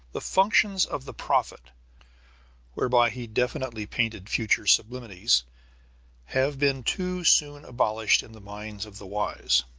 the functions of the prophet whereby he definitely painted future sublimities have been too soon abolished in the minds of the wise.